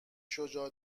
شجاع